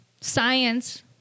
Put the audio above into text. Science